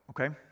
okay